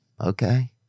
okay